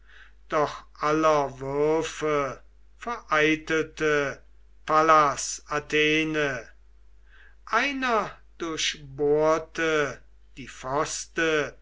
doch aller würfe vereitelte pallas athene einer durchbohrte die